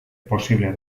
posible